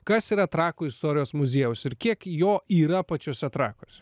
kas yra trakų istorijos muziejaus ir kiek jo yra pačiuose trakuos